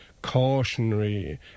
Cautionary